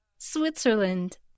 Switzerland